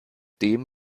dem